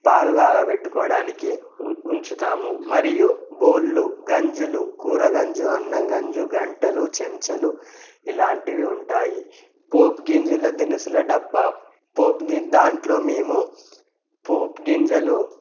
పాలు కాగపెట్టుకోవడానికి ఉ ఉంచుతాము మరియు బోళ్ళు గంజులు కూరగంజు అన్నంగంజు గరిటలు చెంచాలు ఇలాంటివి ఉంటాయి పోపు గింజల దినుసుల డబ్బా పోపు గిన్ని దాంట్లో మేము పోపు గింజలు